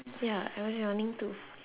ya I was yawning too